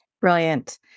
Brilliant